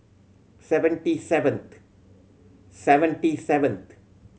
seventy seventh seventy seventh